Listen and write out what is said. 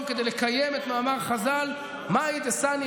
כדי לקיים את מאמר חז"ל: דעלך סני,